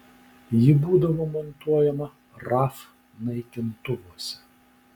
ji būdavo montuojama raf naikintuvuose